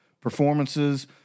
performances